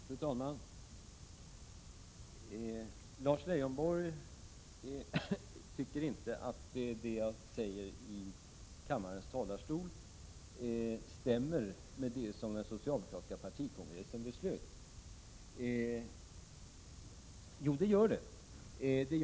Fru talman! Lars Leijonborg tycker inte att det som jag säger i kammarens talarstol stämmer med det som den socialdemokratiska partikongressen beslöt. Jo, det gör det.